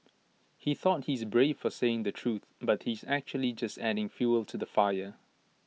he thought he's brave for saying the truth but he's actually just adding fuel to the fire